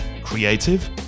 creative